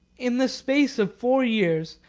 in the space of four years,